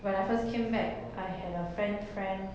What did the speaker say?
when I first came back I had a friend friend